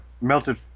melted